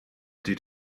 did